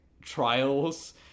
trials